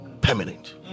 permanent